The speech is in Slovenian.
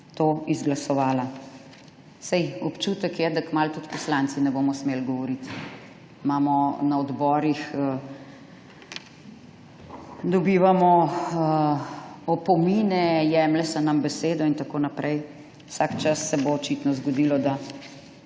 to izglasovala. Saj, občutek je, da kmalu tudi poslanci ne bomo smeli govoriti. Na odborih dobivamo opomine, jemlje se nam besedo in tako naprej. Vsak čas se bo, očitno, zgodilo, da